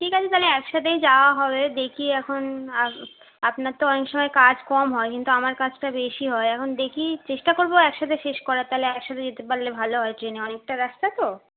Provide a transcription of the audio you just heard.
ঠিক আছে তাহলে একসাথেই যাওয়া হবে দেখি এখন আপনার তো অনেক সময় কাজ কম হয় কিন্তু আমার কাজটা বেশি হয় এখন দেখি চেষ্টা করবো একসাথে শেষ করার তাহলে একসাথে যেতে পারলে ভালো হয় ট্রেনে অনেকটা রাস্তা তো